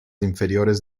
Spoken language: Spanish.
inferiores